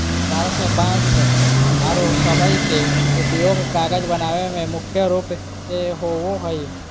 भारत में बांस आरो सबई के उपयोग कागज बनावे में मुख्य रूप से होबो हई